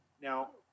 Now